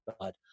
God